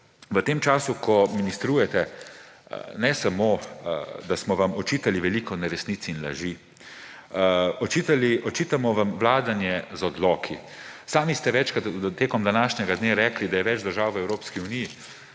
v tem času, ko ministrujete, ne samo da smo vam očitali veliko neresnic in laži, očitamo vam vladanje z odloki. Sami ste večkrat tekom današnjega dne rekli, da je več držav v Evropski uniji